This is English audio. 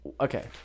okay